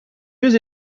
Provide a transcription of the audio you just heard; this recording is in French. deux